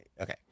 Okay